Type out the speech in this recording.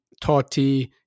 totti